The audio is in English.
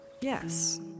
yes